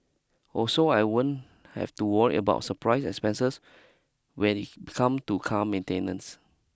also I won't have to worry about surprise expenses when it come to car maintenance